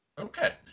Okay